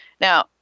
Now